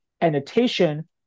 annotation